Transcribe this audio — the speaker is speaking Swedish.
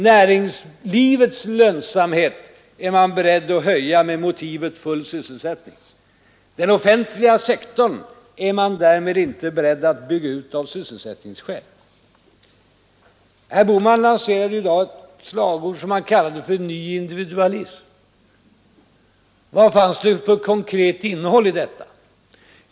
Näringslivets lönsamhet är man beredd att höja med motivet full sysselsättning. Den offentliga sektorn är man däremot inte beredd att bygga ut av sysselsättningsskäl. Herr Bohman lanserade i dag ett slagord — den nya individualismen. Vad finns det för konkret innehåll i detta?